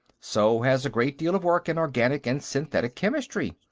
so has a great deal of work in organic and synthetic chemistry.